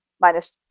minus